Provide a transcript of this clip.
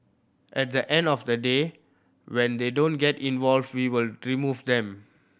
at the end of the day when they don't get involved we will remove them